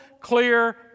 clear